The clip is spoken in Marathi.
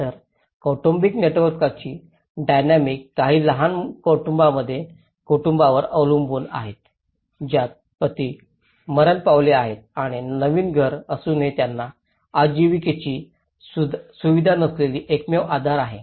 तर कौटुंबिक नेटवर्कची डायनॅमिक काही लहान कुटुंबांमध्ये कुटुंबावर अवलंबून आहे ज्यात पती मरण पावले आहेत आणि नवीन घर असूनही त्यांना आजीविकाची सुविधा नसलेली एकमेव आधार आहे